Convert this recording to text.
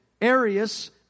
Arius